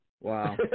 Wow